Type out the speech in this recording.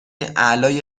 اعلای